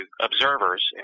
observers